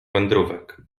wędrówek